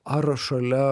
ar šalia